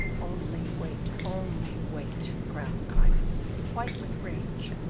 only wait, only wait, growled gryphus, white with rage,